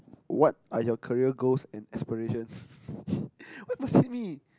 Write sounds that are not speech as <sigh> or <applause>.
what are your career goals and aspirations <laughs> why you must hit me